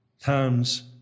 times